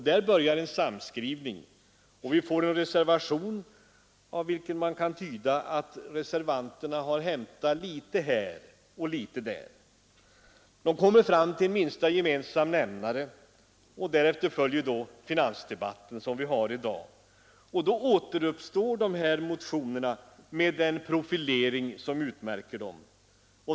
Där börjar en samskrivning, och vi får en reservation av vilken vi kan utläsa att reservanterna har hämtat litet här och litet där. De kommer fram till en minsta gemensam nämnare. Därefter följer finansdebatten, som vi har i dag. Då återuppstår de här motionerna med den profilering som utmärker dem.